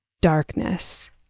darkness